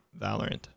valorant